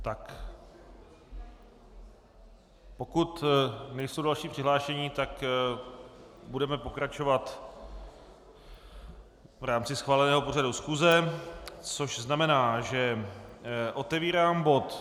Tak pokud nejsou další přihlášení, budeme pokračovat v rámci schváleného pořadu schůze, což znamená, že otevírám bod